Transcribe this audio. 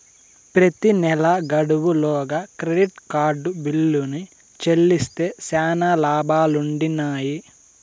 ప్రెతి నెలా గడువు లోగా క్రెడిట్ కార్డు బిల్లుని చెల్లిస్తే శానా లాబాలుండిన్నాయి